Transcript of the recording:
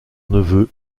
neveu